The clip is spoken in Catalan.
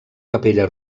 capella